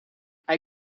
hij